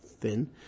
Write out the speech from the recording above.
thin